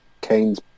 Kane's